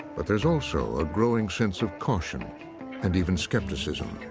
but there's also a growing sense of caution and even skepticism.